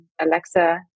Alexa